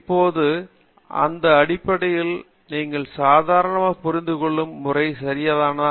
இப்போது இந்த அடிப்படையில் நீங்கள் சாதாரணமாகப் புரிந்து கொள்ளும் முறை சரியானதா